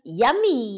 yummy